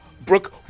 Brooke